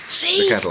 See